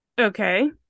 Okay